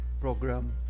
program